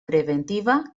preventiva